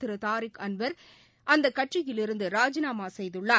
திரு தாரிக் அன்வர் அந்த கட்சியிலிருந்து ராஜிநாமா செய்துள்ளார்